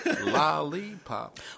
lollipop